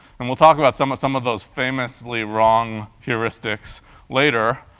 and we'll talk about some of some of those famously wrong heuristics later.